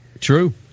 True